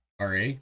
RA